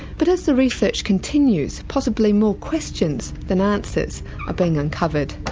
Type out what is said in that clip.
but as the research continues, possible more questions than answers are being uncovered.